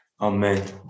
Amen